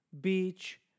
beach